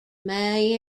may